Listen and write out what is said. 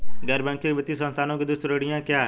गैर बैंकिंग वित्तीय संस्थानों की दो श्रेणियाँ क्या हैं?